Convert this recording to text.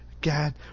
God